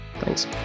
thanks